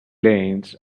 lanes